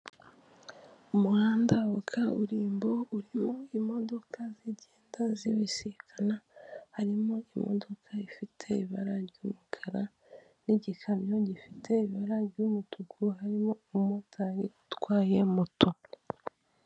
Umuhanda wa kaburimbo urimo imodoka zigenda zibisikana, harimo imodoka ifite ibara ry'umukara n'igikamyo gifite ibara ry'umutuku, harimo umumotari utwaye moto.